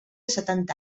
setanta